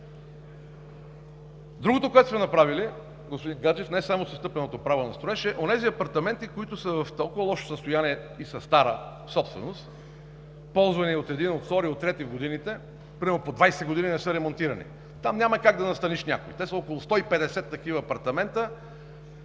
Другото, което сме направили, господин Гаджев, не само с отстъпеното право на строеж, са онези апартаменти, които са в толкова лошо състояние и са стара собственост, ползвани от един, от втори, от трети в годините – примерно по 20 години не са ремонтирани. Там няма как да настаниш някого. Те са около 150 такива апартамента